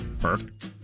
Perfect